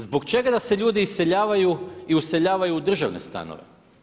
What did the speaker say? Zbog čega da se ljudi iseljavaju i useljavaju u državne stanove?